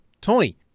Tony